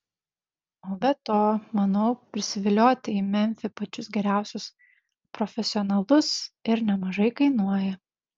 o be to manau prisivilioti į memfį pačius geriausius profesionalus ir nemažai kainuoja